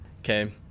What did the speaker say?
okay